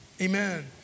Amen